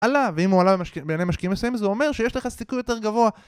עלה, ואם הוא עלה בעיני משקיעים מסיים, זה אומר שיש לך סיכוי יותר גבוה